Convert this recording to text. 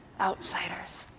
outsiders